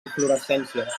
inflorescències